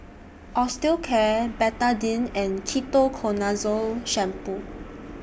Osteocare Betadine and Ketoconazole Shampoo